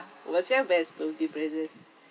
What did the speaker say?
it was served as long due present